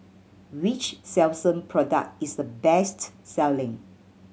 which Selsun product is the best selling